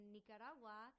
Nicaragua